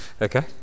Okay